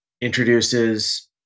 introduces